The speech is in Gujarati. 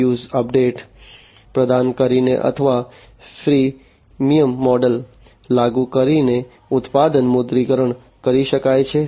પેઇડ અપડેટ્સ પ્રદાન કરીને અથવા ફ્રીમિયમ મોડલ લાગુ કરીને ઉત્પાદનનું મુદ્રીકરણ કરી શકાય છે